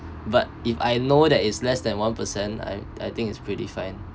but if I know that is less than one percent I I think it's pretty fine